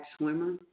swimmer